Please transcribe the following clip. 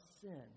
sin